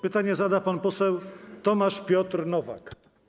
Pytanie zada pan poseł Tomasz Piotr Nowak.